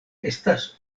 estas